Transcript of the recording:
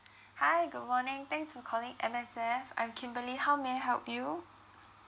hi good morning thanks for calling M_S_F I'm kimberly how may I help you